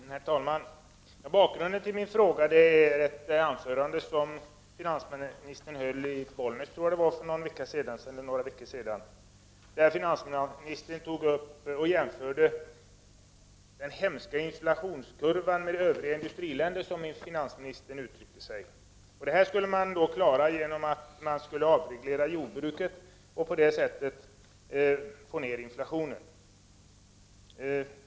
Herr talman! Bakgrunden till min fråga är det anförande som finansministern höll i Bollnäs för någon vecka sedan. Finansministern diskuterade och jämförde den som han uttryckte sig hemska inflationskurvan med övriga industriländer. Denna kurva skulle man då klara av genom att avreglera jordbruket och på så sätt få ned inflationen.